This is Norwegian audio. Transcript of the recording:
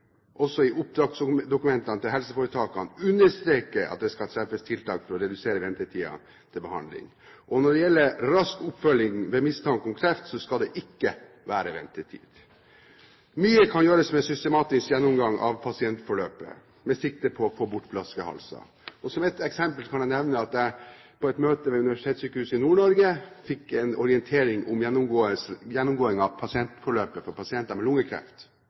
også i oppdragsdokumentet til helseforetakene understreker at det skal treffes tiltak for å redusere ventetiden for behandling. Når det gjelder rask oppfølging ved mistanke om kreft, skal det ikke være ventetid. Mye kan gjøres ved en systematisk gjennomgang av pasientforløpet, med sikte på å få bort flaskehalsene. Som et eksempel kan jeg nevne at jeg på et møte ved Universitetssykehuset Nord-Norge fikk en orientering om gjennomgåing av pasientforløpet for pasienter med lungekreft.